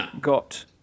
got